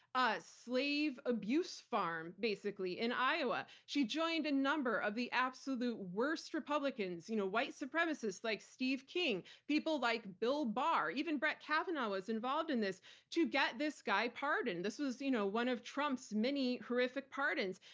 ah slave abuse farm, basically, in iowa. she joined a number of the absolute worst republicans, you know white supremacists, like steve king, people like bill barr, even brett kavanaugh, was involved in this to get this guy pardoned. this was you know one of trump's many horrific pardons,